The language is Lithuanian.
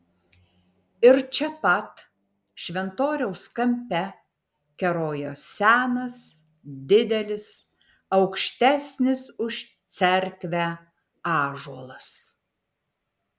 ir čia pat šventoriaus kampe kerojo senas didelis aukštesnis už cerkvę ąžuolas